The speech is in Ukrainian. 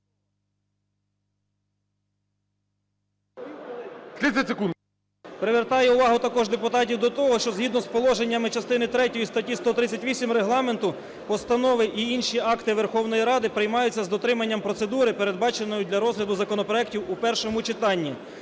привертає увагу також депутатів до того, що згідно з положеннями частини третьої статті 138 Регламенту постанови і інші акти Верховної Ради приймаються з дотриманням процедури, передбаченої для розгляду законопроектів у першому читанні,